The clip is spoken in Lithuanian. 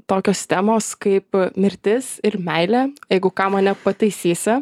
tokios temos kaip mirtis ir meilė jeigu ką mane pataisysi